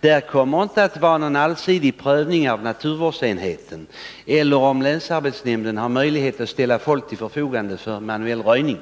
Där kommer inte att finnas någon allsidig prövning av naturvårdsenheten eller någon bedömning av om länsarbetsnämnden har möjlighet att ställa folk till 86 förfogande för manuell röjning,